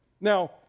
Now